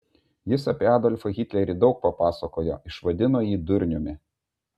jis apie adolfą hitlerį daug papasakojo išvadino jį durniumi